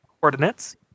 coordinates